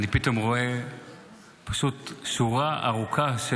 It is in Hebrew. אני פתאום רואה פשוט שורה ארוכה של